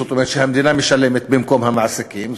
זאת אומרת שהמדינה משלמת במקום המעסיקים.